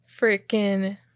freaking